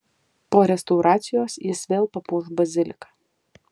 po restauracijos jis vėl papuoš baziliką